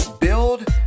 build